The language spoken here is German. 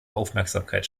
aufmerksamkeit